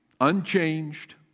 unchanged